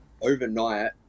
overnight